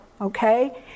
okay